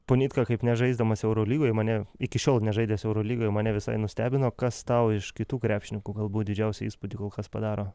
ponitka aip nežaisdamas eurolygoj mane iki šiol nežaidęs eurolygoj mane visai nustebino kas tau iš kitų krepšininkų galbūt didžiausią įspūdį kol kas padaro